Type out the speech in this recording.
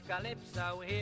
Calypso